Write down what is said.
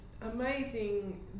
amazing